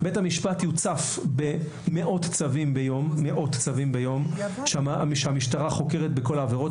בית המשפט יוצף במאות צווים ביום כאשר המשטרה חוקרת בכל העבירות.